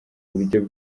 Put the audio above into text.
buryo